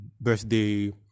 birthday